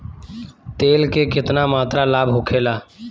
तेल के केतना मात्रा लाभ होखेला?